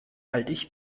alt